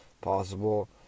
possible